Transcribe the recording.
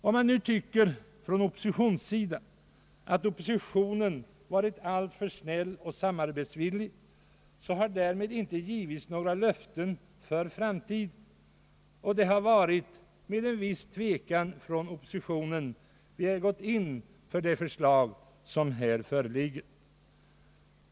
Om man nu tycker att oppositionen har varit alltför snäll och samarbetsvillig skall man där för inte tro, att några löften har givits för framtiden. Det har varit med en viss tvekan som vi inom oppositionen har gått in för det förslag som här föreligger.